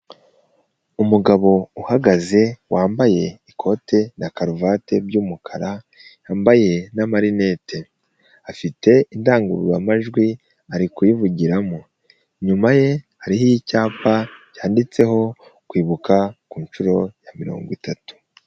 Umugabo uhagaze wambaye ikote na karuvati by'umukara yambaye n'amarinete, afite indangururamajwi ari kuyivugiramo, inyuma ye hariho icyapa cyanditseho kwibuka ku nshuro ya mirongo itatu.